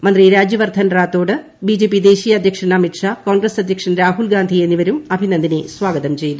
മന്ത്രി രാജ്യവർധൻ രാത്തോഡ് ബിജെപി ദേശീയ അധ്യക്ഷൻ അമിത്ഷാ ക്ലോൺഗ്രസ് അധ്യക്ഷൻ രാഹുൽഗാന്ധി എന്നിവരും അഭിനനന്ദിനെ സ്ഥാഗതം ചെയ്തു